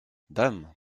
dame